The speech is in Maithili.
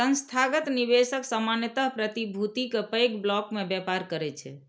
संस्थागत निवेशक सामान्यतः प्रतिभूति के पैघ ब्लॉक मे व्यापार करै छै